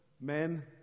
men